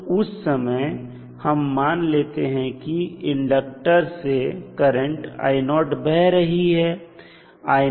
तो उस समय हम मान लेते हैं कि इंडक्टर से करंट बह रही है